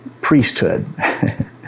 priesthood